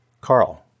Carl